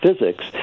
physics